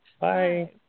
Bye